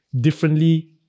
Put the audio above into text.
differently